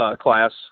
class